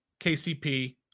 KCP